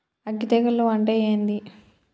అగ్గి తెగులు అంటే ఏంది?